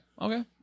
Okay